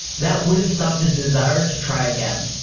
that wouldn't stop his desire to try again.